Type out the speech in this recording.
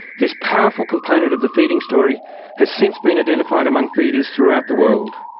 this powerful component of the feeding story has since been identified among feeders throughout the world.